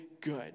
good